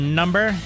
number